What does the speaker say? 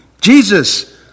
Jesus